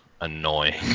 annoying